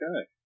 Okay